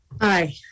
hi